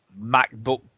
MacBook